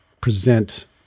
present